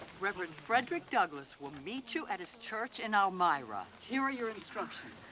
reverend frederick douglass will meet you at his church in ah elmira. here are your instructions.